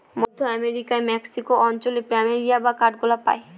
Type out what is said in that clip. মধ্য আমেরিকার মেক্সিকো অঞ্চলে প্ল্যামেরিয়া বা কাঠগোলাপ পাই